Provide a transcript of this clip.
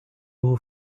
who